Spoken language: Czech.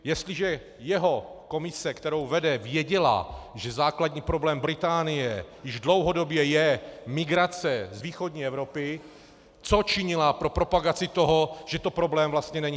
Jestliže jeho komise, kterou vede, věděla, že základní problém Británie již dlouhodobě je migrace z východní Evropy, co činila pro propagaci toho, že to problém vlastně není?